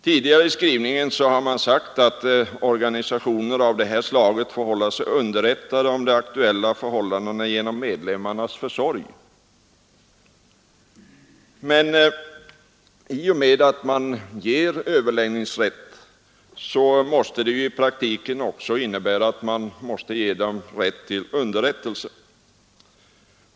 Tidigare i skrivningen har man sagt att organisationer av detta slag får hålla sig underrättade om de aktuella förhållandena genom medlemmarnas försorg. Men i och med att man inför överläggningsrätt måste det i praktiken också innebära rätt till underrättelse.